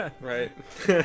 Right